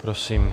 Prosím.